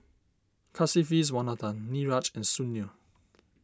Kasiviswanathan Niraj and Sunil